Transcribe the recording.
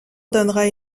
donnera